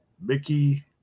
Mickey